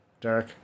Derek